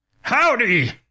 Howdy